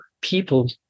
people